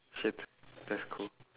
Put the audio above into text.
shit that's cool